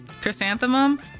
Chrysanthemum